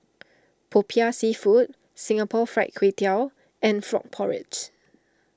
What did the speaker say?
Popiah Seafood Singapore Fried Kway Tiao and Frog Porridge